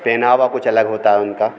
पहनावा कुछ अलग होता है उनका